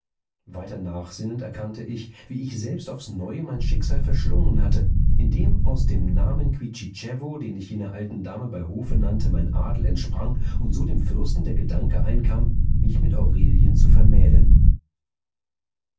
weiter nachsinnend erkannte ich wie ich selbst aufs neue mein schicksal verschlungen hatte indem aus dem namen kwiecziczewo den ich jener alten dame bei hofe nannte mein adel entsprang und so dem fürsten der gedanke einkam mich mit aurelien zu vermählen